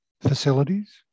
facilities